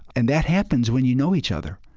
and that happens when you know each other.